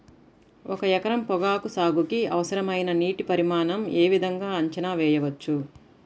ఒక ఎకరం పొగాకు సాగుకి అవసరమైన నీటి పరిమాణం యే విధంగా అంచనా వేయవచ్చు?